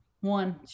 one